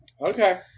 Okay